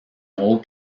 haute